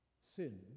sin